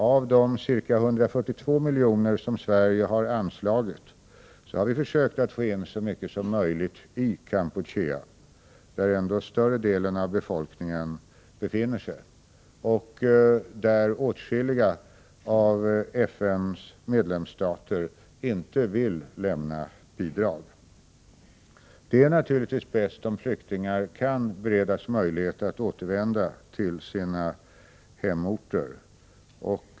Av de ca 142 milj.kr. som Sverige har anslagit har vi försökt att få in så mycket som möjligt i Kampuchea, där ändå större delen av befolkningen befinner sig och där åtskilliga av FN:s medlemsstater inte vill lämna bidrag. Det är naturligtvis bäst om flyktingar kan beredas möjlighet att återvända till sina hemorter.